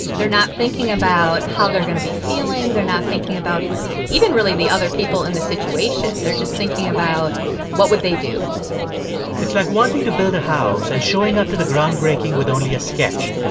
they're not thinking about how they're going to be feeling. they're not thinking about even really the other people in the situation. they're just thinking about what would they do it's like wanting to build a house and showing up to the groundbreaking with only a sketch,